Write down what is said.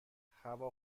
هوا